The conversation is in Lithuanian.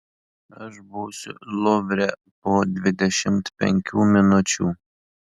aš būsiu luvre po dvidešimt penkių minučių